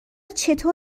چطور